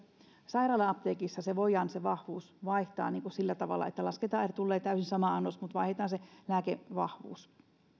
sairaala apteekissa se vahvuus voidaan vaihtaa sillä tavalla että lasketaan että tulee täysin sama annos mutta vaihdetaan se lääkevahvuus mutta